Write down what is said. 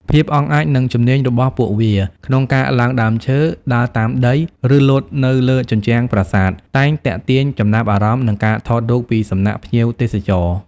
ភាពអង់អាច និងជំនាញរបស់ពួកវាក្នុងការឡើងដើមឈើ ដើរតាមដី ឬលោតនៅលើជញ្ជាំងប្រាសាទ តែងទាក់ទាញចំណាប់អារម្មណ៍ និងការថតរូបពីសំណាក់ភ្ញៀវទេសចរ។